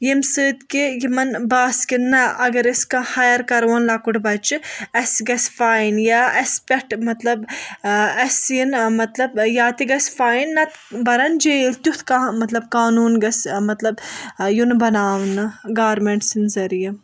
ییٚمِہ سٟتۍ کہِ یِمَن باسہِ کہِ نہَ اَگر أسۍ کانٛہہ ہایَِر کَرہون لۅکُٹ بَچہِ اَسہِ گَژھِ فایِٔن یا اَسہِ پؠٹھ مَطلب اَسہِ یِن مَطلب یا تہِ گَژھِ فایِٔن نَتہٕ بَرَن جیل تؠُتھ کانٛہہ مَطلَب قانوٗن گَژھِ مَطلب یُن بَناونہٕ گورمِنٹ سٕنٛدِ ذٔریعہِ